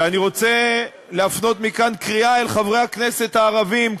ואני רוצה להפנות מכאן קריאה אל חברי הכנסת הערבים,